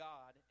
God